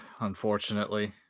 Unfortunately